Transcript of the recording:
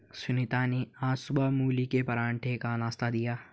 सुनीता ने आज सुबह मूली के पराठे का नाश्ता दिया